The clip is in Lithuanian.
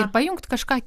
ir pajungt kažką